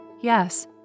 Yes